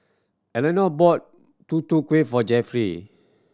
Elenor bought Tutu Kueh for Jeffery